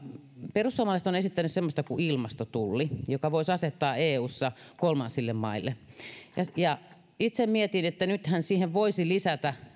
perussuomalaiset ovat esittäneet semmoista kuin ilmastotulli jonka voisi asettaa eussa kolmansille maille itse mietin että nythän siihen voisi lisätä